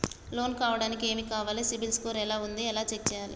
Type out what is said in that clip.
Loan కావడానికి ఏమి కావాలి సిబిల్ స్కోర్ ఎలా ఉంది ఎలా చెక్ చేయాలి?